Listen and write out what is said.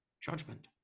judgment